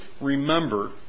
remember